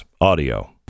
audio